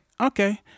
okay